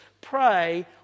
pray